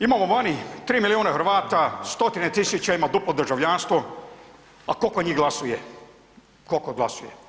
Imamo vani 3 milijuna Hrvata, stotina tisuća ima duplo državljanstvo, a koliko njih glasuje, koliko glasuje?